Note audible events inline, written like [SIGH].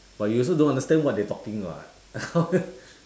but you also don't understand what they talking what [LAUGHS]